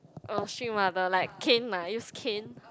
a strict mother like cane ah use cane